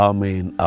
Amen